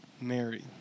Mary